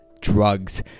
drugs